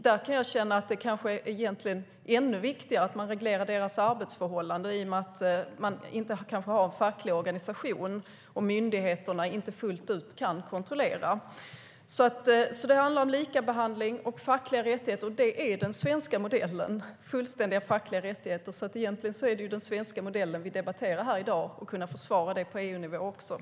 Jag kan känna att det egentligen är ännu viktigare att man reglerar de här människornas arbetsförhållanden i och med att de kanske inte har en facklig organisation och att myndigheterna inte fullt ut kan göra kontroller.